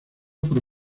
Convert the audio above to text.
por